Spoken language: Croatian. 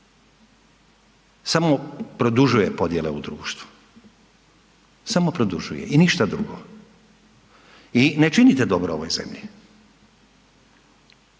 samo produžuje podjele u društvu, samo produžuje i ništa drugo. I ne činite dobro ovoj zemlji.